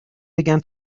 began